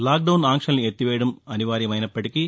lock down ఆంక్షల్ని ఎత్తివేయడం అనివార్యమైనప్పటికీ